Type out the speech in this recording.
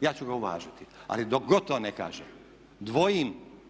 ja ću ga uvažiti. Ali dok god to ne kaže dvojim